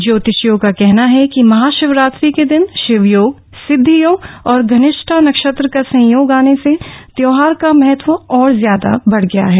ज्योतिषियों का कहना है कि महाशिवरात्रि के दिन शिवयोग सिद्धियोग और घनिष्ठा नक्षत्र का संयोग आने से त्योहार का महत्व और ज्यादा बढ़ गया है